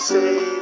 say